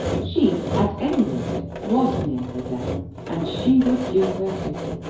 she, at any rate, was near her death and she would do her duty.